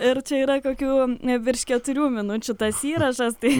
ir čia yra kokių virš keturių minučių tas įrašas tai